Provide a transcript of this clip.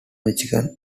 michael